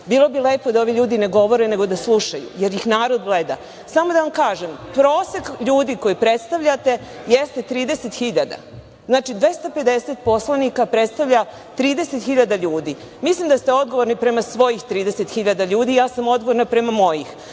Bilo bi lepo da ovi ljudi ne govore, nego da slušaju, jer ih narod gleda. Samo da vam kažem, prosek ljudi koji predstavljate jeste 30.000. Znači, 250 poslanika predstavlja 30.000 ljudi. Mislim da ste odgovorni prema svojih 30.000 ljudi. Ja sam odgovorna prema mojim.